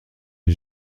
les